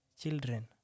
children